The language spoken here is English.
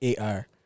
AR